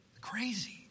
Crazy